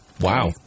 Wow